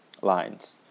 lines